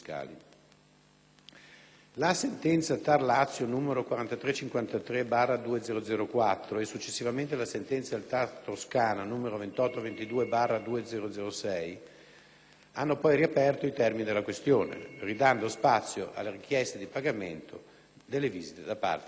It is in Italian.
La sentenza del TAR Lazio n. 4353 del 2004 e, successivamente, la sentenza del TAR Toscana n. 2822 del 2006 hanno poi riaperto i termini della questione, ridando spazio alle richieste di pagamento delle visite da parte delle ASL.